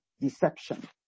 deception